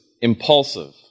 impulsive